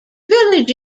village